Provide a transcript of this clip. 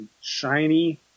shiny